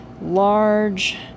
large